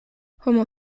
homo